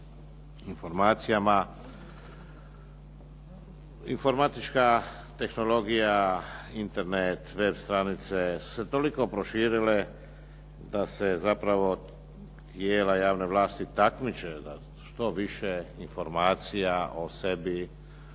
informacijama. Informatička tehnologija, Internet, web stranice su se toliko proširile da se zapravo tijela javne vlasti takmiče da što više informacija o sebi,